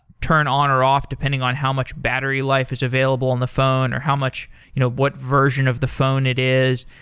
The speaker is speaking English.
turn on or off depending on how much battery life is available on the phone, or how much you know what version of the phone it is.